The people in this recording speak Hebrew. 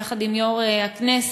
יחד עם יו"ר הכנסת,